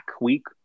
Week